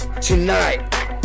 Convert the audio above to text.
tonight